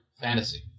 fantasy